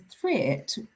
threat